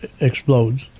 explodes